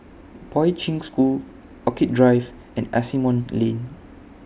Poi Ching School Orchid Drive and Asimont Lane